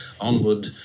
onward